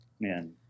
man